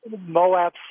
Moab